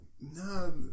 No